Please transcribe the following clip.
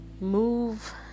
move